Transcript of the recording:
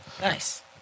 Nice